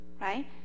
right